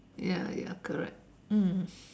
ya ya correct mm